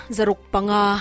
Zarukpanga